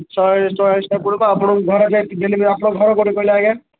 ଶହେ ଶହେ ଶହେ କୋଡ଼ିଏ ଟଙ୍କା ଆପଣଙ୍କୁ ଘରଟି ଡେଲିଭରି ଆପଣଙ୍କ ଘର କେଉଁଠି କହିଲେ ଆଜ୍ଞା